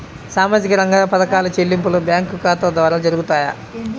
సామాజిక రంగ పథకాల చెల్లింపులు బ్యాంకు ఖాతా ద్వార జరుగుతాయా?